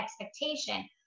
expectation